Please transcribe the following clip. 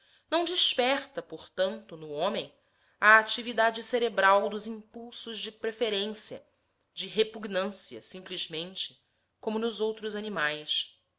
não desperta portanto no homem a atividade cerebral dos impulsos de preferência de repugnância simplesmente como nos outros animais